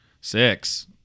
Six